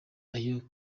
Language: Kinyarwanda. ayo